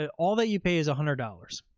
ah all that you pay is a hundred dollars.